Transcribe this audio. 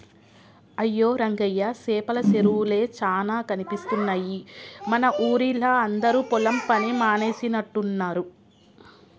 అయ్యో రంగయ్య సేపల సెరువులే చానా కనిపిస్తున్నాయి మన ఊరిలా అందరు పొలం పని మానేసినట్టున్నరు